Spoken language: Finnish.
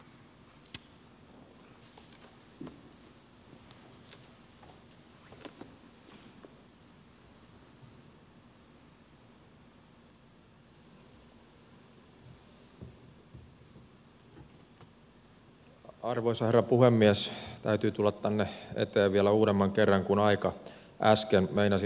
täytyy tulla tänne eteen vielä uudemman kerran kun aika äsken meinasi loppua kesken